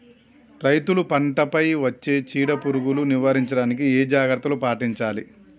రైతులు పంట పై వచ్చే చీడ పురుగులు నివారించడానికి ఏ జాగ్రత్తలు పాటించాలి?